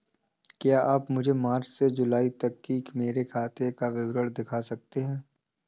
क्या आप मुझे मार्च से जूलाई तक की मेरे खाता का विवरण दिखा सकते हैं?